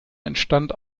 entstand